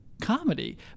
comedy